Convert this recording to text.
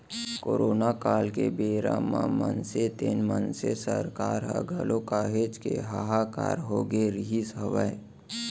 corona काल के बेरा म मनसे तेन मनसे सरकार ह घलौ काहेच के हलाकान होगे रिहिस हवय